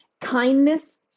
Kindness